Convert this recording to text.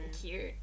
cute